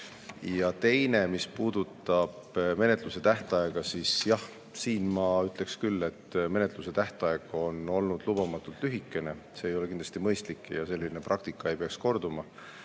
Ja teine: mis puudutab menetluse tähtaega, siis jah, selle kohta ma ütleksin küll, et menetluse tähtaeg on olnud lubamatult lühike. See ei ole kindlasti mõistlik ja selline praktika ei tohiks korduda.